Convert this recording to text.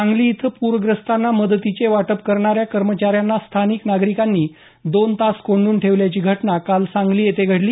सांगली इथं प्रग्रस्तांना मदतीचे वाटप करणाऱ्या कर्मचाऱ्यांना स्थानिक नागरिकांनी दोन तास कोंडून ठेवल्याची घटना काल सांगली येथे घडली